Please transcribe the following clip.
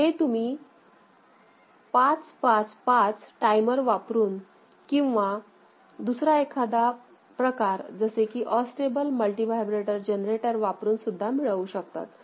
हे तुम्ही 555 टाइमर वापरून किंवा दुसरा एखादा प्रकार जसे की अस्टेबल मल्टिव्हायब्रेटर जनरेटर वापरून सुद्धा मिळवू शकतात